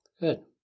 Good